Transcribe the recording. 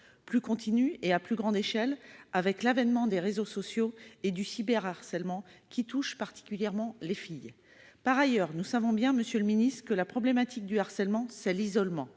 plus continue et à plus grande échelle, avec l'avènement des réseaux sociaux et du cyber-harcèlement, qui touche particulièrement les filles. Par ailleurs, nous savons bien que la problématique du harcèlement, c'est l'isolement.